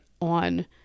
on